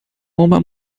uma